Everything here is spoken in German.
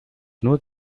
nur